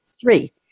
three